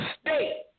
state